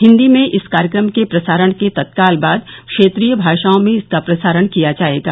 हिंदी में इस कार्यक्रम के प्रसारण के तत्काल बाद क्षेत्रीय भाषाओं में इसका प्रसारण किया जाएगा